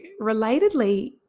relatedly